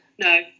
No